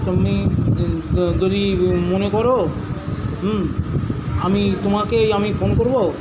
তুমি যদি মনে কর আমি তোমাকেই আমি ফোন করব